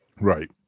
right